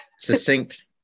Succinct